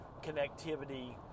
connectivity